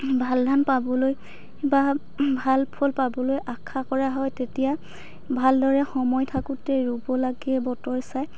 ভাল ধান পাবলৈ বা ভাল ফল পাবলৈ আশা কৰা হয় তেতিয়া ভালদৰে সময় থাকোতেই ৰুব লাগে বতৰ চাই